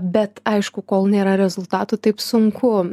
bet aišku kol nėra rezultatų taip sunku